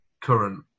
current